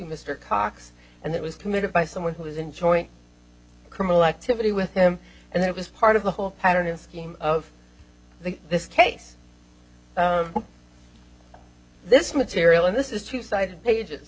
mr cox and that was committed by someone who was in joint criminal activity with him and that was part of the whole pattern in scheme of the this case of this material and this is two sided pages